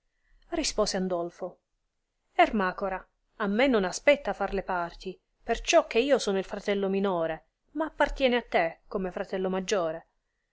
rispose andolfo ermacora a me non aspetta far le parti perciò che io sono il fratello minore ma appartiene a te come fratello maggiore